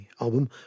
album